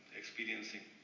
experiencing